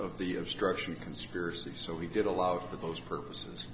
of the of struction conspiracy so he did allow for those purposes